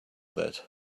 that